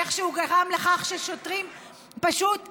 איך שהוא גרם לכך ששוטרים פשוט עפו.